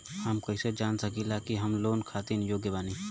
हम कईसे जान सकिला कि हम लोन खातिर योग्य बानी?